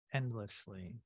endlessly